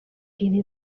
ibi